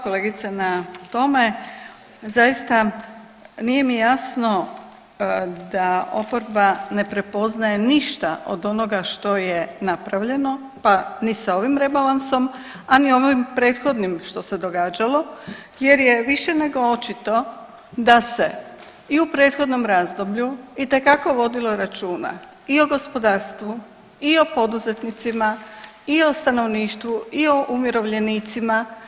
Hvala kolegice na tome, zaista nije mi jasno da oporba ne prepoznaje ništa od onoga što je napravljeno pa i sa ovim rebalansom, a ni onim prethodnim što se događalo jer je više nego očito da se i u prethodnom razdoblju itekako vodilo računa i o gospodarstvu i o poduzetnicima i o stanovništvu i o umirovljenicima.